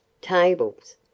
Tables